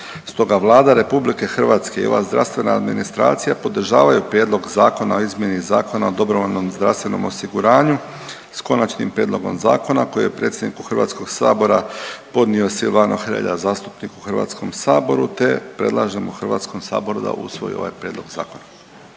Stoga Vlada RH i ova zdravstvena administracija podržavaju prijedlog zakona o izmjeni Zakona o dobrovoljnom zdravstvenom osiguranju s konačnim prijedlogom zakona koji je predsjedniku HS-a podnio Silvano Hrelja, zastupnik u HS-u te predlažemo HS-u da usvoji ovaj prijedlog zakona.